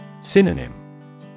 Synonym